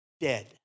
dead